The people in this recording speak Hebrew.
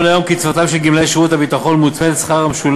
נכון להיום קצבתם של גמלאי שירותי הביטחון מוצמדת לשכר המשולם